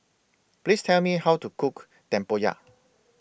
Please Tell Me How to Cook Tempoyak